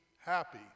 happy